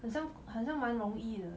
很像很像蛮容易的